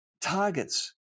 targets